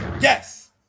Yes